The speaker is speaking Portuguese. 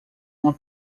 uma